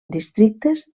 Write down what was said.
districtes